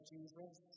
Jesus